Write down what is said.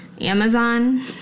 Amazon